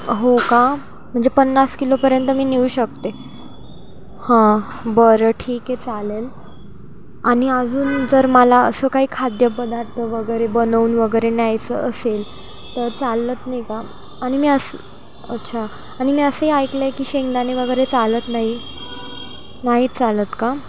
हो का म्हणजे पन्नास किलोपर्यंत मी नेऊ शकते हां बरं ठीक आहे चालेल आणि अजून जर मला असं काही खाद्यपदार्थ वगैरे बनवून वगैरे न्यायचं असेल तर चालत नाही का आणि मी असं अच्छा आणि मी असंही ऐकलं आहे की शेंगदाणे वगैरे चालत नाही नाही चालत का